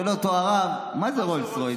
שואל אותו הרב: מה זה רולס רויס?